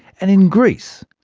and in greece,